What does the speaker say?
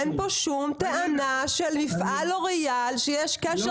אין פה שום טענה של מפעל לוריאל שיש קשר